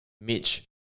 Mitch